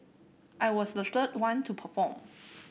I was the third one to perform